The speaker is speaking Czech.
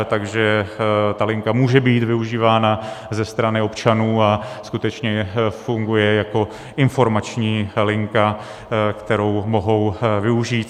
Takže ta linka může být využívána ze strany občanů a skutečně funguje jako informační linka, kterou můžou využít.